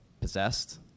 Possessed